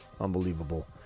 unbelievable